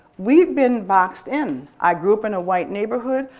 we've been boxed in. i grew up in a white neighborhood,